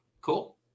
cool